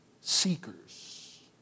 Seekers